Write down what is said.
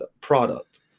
product